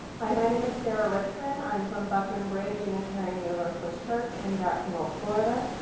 hi. my name is sara ritzman um from buchman bridge unitarian universalist church in jacksonville, florida.